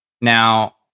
now